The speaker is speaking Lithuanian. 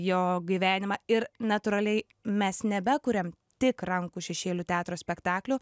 jo gyvenimą ir natūraliai mes nebekuriam tik rankų šešėlių teatro spektaklių